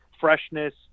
freshness